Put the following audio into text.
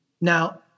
Now